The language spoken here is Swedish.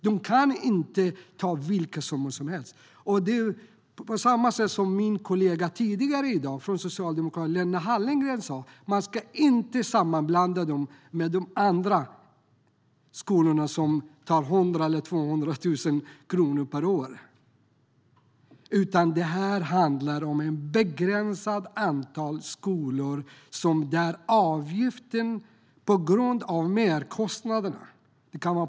De kan inte ta ut vilka summor som helst. Min kollega från Socialdemokraterna, Lena Hallengren, sa tidigare i dag: Man ska inte sammanblanda dem med andra skolor som tar ut en avgift på 100 000 eller 200 000 kronor per år. Det här handlar om ett begränsat antal skolor med avgifter på grund av merkostnader.